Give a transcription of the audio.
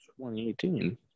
2018